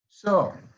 so,